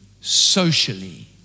socially